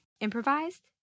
improvised